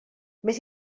més